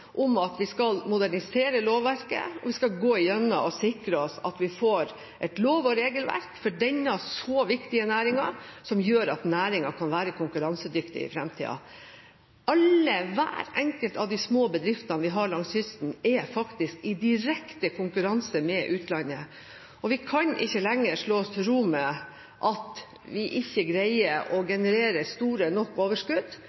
skal gå igjennom og sikre oss at vi får et lov- og regelverk for denne så viktige næringen, som gjør at næringen kan være konkurransedyktig i fremtiden. Alle – hver enkelt av de små bedriftene vi har langs kysten – er faktisk i direkte konkurranse med utlandet, og vi kan ikke lenger slå oss til ro med at vi ikke greier å generere store nok overskudd